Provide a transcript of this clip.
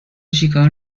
چیکار